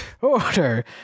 order